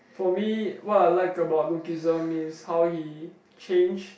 for me what I like about Lookism is how he change